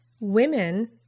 Women